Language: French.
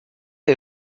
est